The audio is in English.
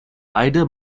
either